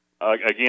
again